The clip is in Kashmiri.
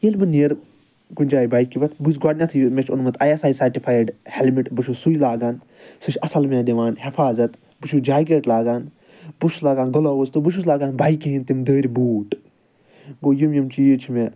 ییٚلہِ بہٕ نیرٕ کُنہِ جایہِ بایکہِ پٮ۪ٹھ بہٕ چھُس گۄڈٕنیٚتھٕے یہِ مےٚ چھُ اوٚنمُت I S I certified helmet بہٕ چھُس سُے لاگان سۄ چھِ اصٕل مےٚ دِوان حِفاظت بہٕ چھُس جاکیٚٹ لاگان بہٕ چھُس لاگان گٕلوز تہٕ بہٕ چھُس لاگان بایکہِ ہنٛدۍ تِم دٔرۍ بوٗٹھ گوٚو یِم یِم چیٖز چھِ مےٚ